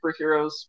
superheroes